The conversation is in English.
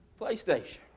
PlayStation